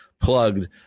plugged